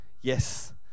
yes